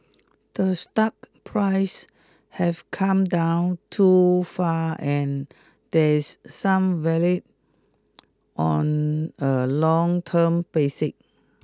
the stock price have come down too far and there's some value on a long term basis